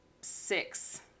six